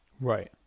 Right